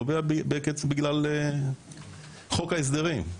שנובע בגלל חוק ההסדרים.